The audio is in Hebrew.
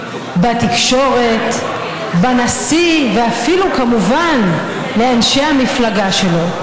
בתקשורת, בנשיא, ואפילו כמובן באנשי המפלגה שלו.